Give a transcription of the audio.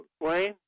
Wayne